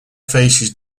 faces